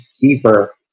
deeper